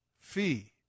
fee